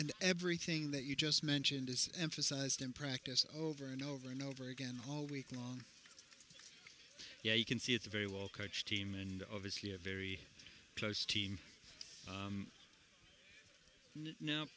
and everything that you just mentioned is emphasized in practice over and over and over again all week long yeah you can see it's a very well coached team and obviously a very close team